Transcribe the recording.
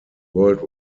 world